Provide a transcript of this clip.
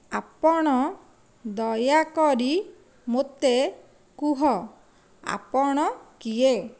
ଆପଣ ଦୟାକରି ମୋତେ କୁହ ଆପଣ କିଏ